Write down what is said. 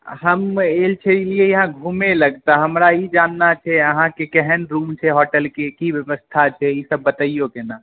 हम एलियै यहाँ घुमै लए तऽ हमरा ई जाननाइ छै अहाँ के केहन रूम छै होटल के की सब व्यवस्था छै ई सब बतैयौ कने